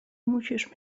musisz